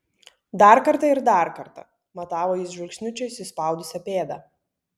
dar kartą ir dar kartą matavo jis žvilgsniu čia įsispaudusią pėdą